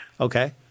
Okay